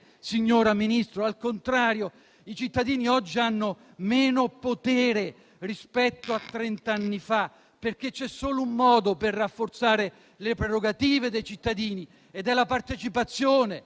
signora Ministro, al contrario! I cittadini oggi hanno meno potere rispetto a trent'anni fa, perché c'è solo un modo per rafforzare le prerogative dei cittadini ed è la partecipazione,